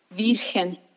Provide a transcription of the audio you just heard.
Virgen